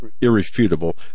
irrefutable